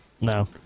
No